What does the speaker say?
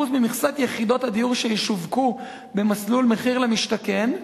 ממכסת יחידות הדיור שישווקו במסלול 'מחיר למשתכן'